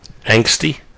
Angsty